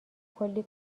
کلی